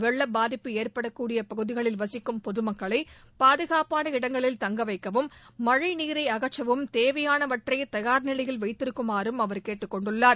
வெள்ள பாதிப்பு ஏற்படக்கூடிய பகுதிகளில் வசிக்கும் பொதுமக்களை பாதுகாப்பான இடங்களில் தங்க வைக்கவும் மழை நீரை அகற்றவும் தேவையானவற்றை தயார் நிலையில் வைத்திருக்குமாறும் அவர் கேட்டுக்கொண்டுள்ளார்